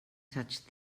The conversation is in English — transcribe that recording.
touched